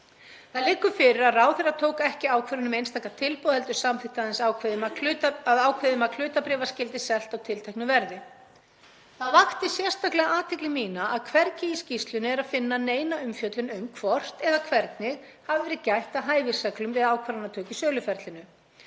Það liggur fyrir að ráðherra tók ekki ákvörðun um einstaka tilboð heldur samþykkti aðeins að ákveðið magn hlutabréfa skyldi selt á tilteknu verði. Það vakti sérstaklega athygli mína að hvergi í skýrslunni er að finna neina umfjöllun um hvort eða hvernig hafi verið gætt að hæfisreglum við ákvarðanatöku í söluferlinu.